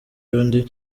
y’undi